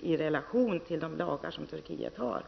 i relation till Turkiets lagar?